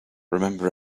remember